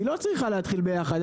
היא לא צריכה להתחיל ביחד.